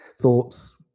thoughts